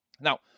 Now